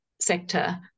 sector